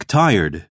tired